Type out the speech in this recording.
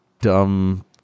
dumb